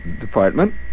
Department